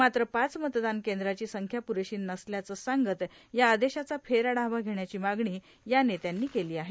मात्र पाच मतदान कद्रांची संख्या पुरेशी नसल्याचं सांगत या आदेशाचा फेरआढावा घेण्याची मागणी या नेत्यांनी केलो आहे